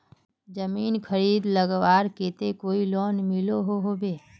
जमीन खरीद लगवार केते कोई लोन मिलोहो होबे?